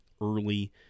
early